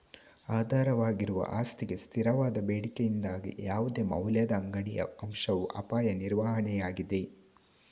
ಆಧಾರವಾಗಿರುವ ಆಸ್ತಿಗೆ ಸ್ಥಿರವಾದ ಬೇಡಿಕೆಯಿಂದಾಗಿ ಯಾವುದೇ ಮೌಲ್ಯದ ಅಂಗಡಿಯ ಅಂಶವು ಅಪಾಯ ನಿರ್ವಹಣೆಯಾಗಿದೆ